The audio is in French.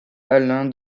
alain